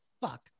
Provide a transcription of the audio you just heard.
fuck